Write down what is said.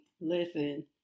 listen